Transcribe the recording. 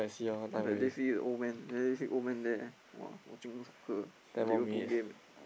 that day see a old man I see old man there !wah! watching soccer Liverpool game eh